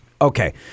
Okay